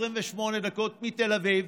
28 דקות מתל אביב,